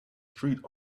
street